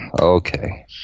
okay